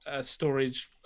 storage